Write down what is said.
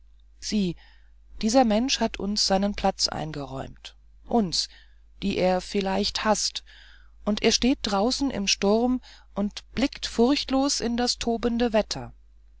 sieh dieser mensch hat uns seinen platz eingeräumt uns die er vielleicht haßt und er steht draußen im sturm und blickt furchtlos in das tobende wetter